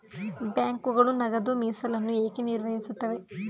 ಬ್ಯಾಂಕುಗಳು ನಗದು ಮೀಸಲನ್ನು ಏಕೆ ನಿರ್ವಹಿಸುತ್ತವೆ?